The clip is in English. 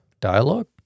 Dialogue